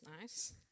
nice